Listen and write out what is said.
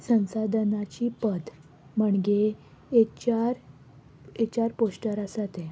संसाधनाची पद म्हणजे H R H R पोस्टार आसा तें